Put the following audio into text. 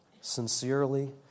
sincerely